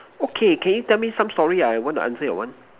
okay can you tell me some story I want to answer your one